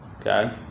okay